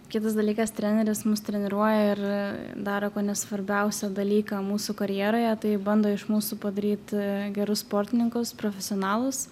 kitas dalykas treneris mus treniruoja ir daro kone svarbiausią dalyką mūsų karjeroje tai bando iš mūsų padaryt gerus sportininkus profesionalus